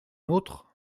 autre